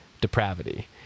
depravity